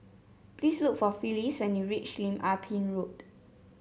please look for Phyllis when you reach Lim Ah Pin Road